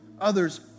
others